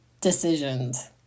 decisions